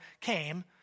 came